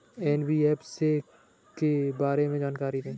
NBFC के बारे में जानकारी दें?